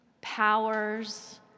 powers